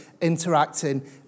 interacting